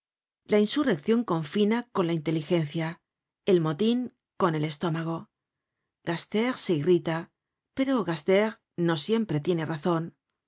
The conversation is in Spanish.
la insurreccion confina con la inteligencia el motin con el estómago gaster se irrita pero gaster no siempre tiene razon